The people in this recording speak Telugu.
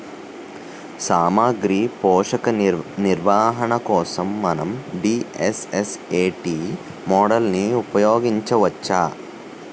సామాగ్రి పోషక నిర్వహణ కోసం మనం డి.ఎస్.ఎస్.ఎ.టీ మోడల్ని ఉపయోగించవచ్చా?